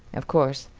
of course,